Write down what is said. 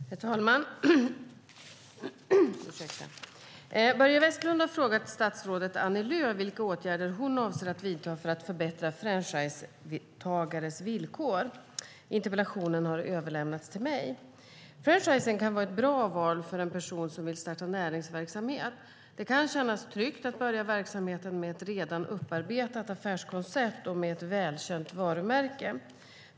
Herr talman! Börje Vestlund har frågat statsrådet Annie Lööf vilka åtgärder hon avser att vidta för att förbättra franchisetagares villkor. Interpellationen har överlämnats till mig. Franchising kan vara ett bra val för en person som vill starta näringsverksamhet. Det kan kännas tryggt att börja verksamheten med ett redan inarbetat affärskoncept och med ett välkänt varumärke.